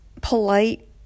polite